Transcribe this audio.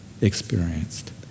experienced